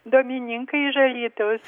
domininka iš alytaus